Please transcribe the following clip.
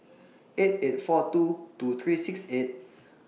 eight eight four two two three six eight